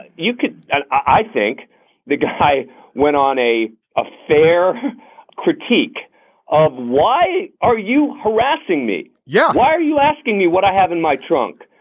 and you can and i think the guy went on a a fair critique of why are you harassing me? yeah. why are you asking me what i have in my trunk?